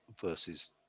versus